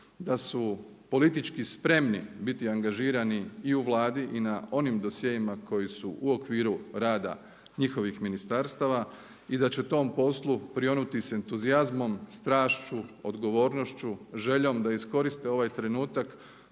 da su politički spremni biti angažirani i u Vladi i na onim dosjeima koji su u okviru rada njihovih ministarstava i da će tom poslu prionuti s entuzijazmom, strašću, odgovornošću, željom da iskoriste ovaj trenutak